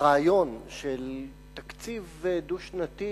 ברעיון של תקציב דו-שנתי